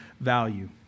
value